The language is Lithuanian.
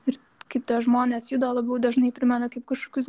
ir kaip tie žmonės juda labiau dažnai primena kaip kažkokius